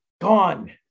Gone